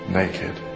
naked